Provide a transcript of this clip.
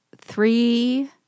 three